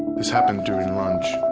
this happened during lunch.